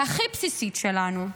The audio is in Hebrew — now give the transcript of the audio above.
הכי בסיסית שלנו.